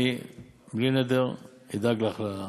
אני בלי נדר אדאג לך לזה.